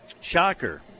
shocker